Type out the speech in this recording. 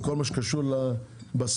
בכל מה שקשור לבשר,